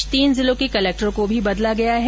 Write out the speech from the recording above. इस बीच तीन जिलों के कलेक्टरों को भी बदला गया है